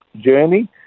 journey